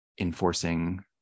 enforcing